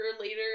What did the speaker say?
later